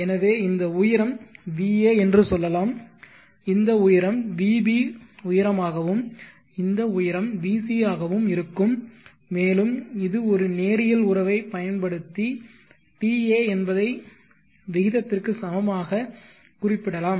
எனவே இந்த உயரம் va என்று சொல்லலாம் இந்த உயரம் vb உயரமாகவும் இந்த உயரம் vc ஆகவும் இருக்கும் மேலும் இது ஒரு நேரியல் உறவைப் பயன்படுத்தி ta என்பதை விகிதத்திற்கு சமமாக குறிப்பிடலாம்